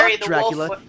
Dracula